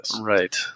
Right